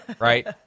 right